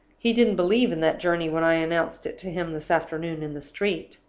he didn't believe in that journey when i announced it to him this afternoon in the street.